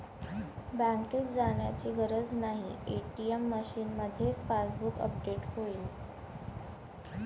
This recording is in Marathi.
बँकेत जाण्याची गरज नाही, ए.टी.एम मशीनमध्येच पासबुक अपडेट होईल